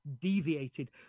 deviated